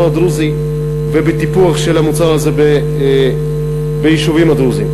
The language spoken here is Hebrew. הדרוזי וטיפוח של המוצר הזה ביישובים הדרוזיים,